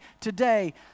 today